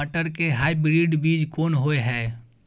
मटर के हाइब्रिड बीज कोन होय है?